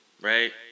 Right